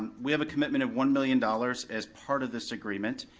we have a commitment of one million dollars as part of this agreement.